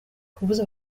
kubuza